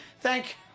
Thank